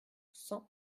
cent